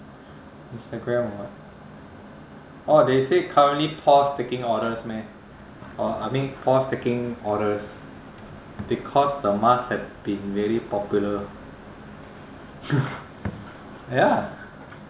instagram or what oh they say currently paused taking orders meh oh I mean pause taking orders because the mask has been very popular ya